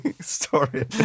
story